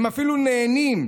הם אפילו נהנים,